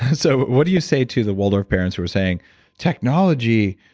so what do you say to the waldorf parents who are saying technology?